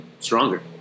Stronger